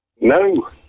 no